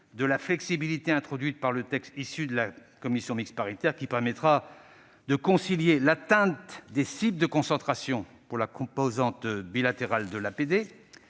de la flexibilité introduite par le texte issu de la commission mixte paritaire, qui permettra de concilier nos différents objectifs : concentration de la composante bilatérale de l'APD,